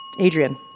Adrian